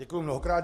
Děkuji mnohokrát.